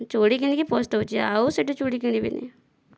ଚୁଡ଼ି କିଣିକି ପସ୍ତଉଛି ଆଉ ସେହିଟୁ ଚୁଡ଼ି କିଣିବିନି